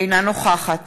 אינה נוכחת